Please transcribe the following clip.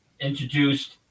introduced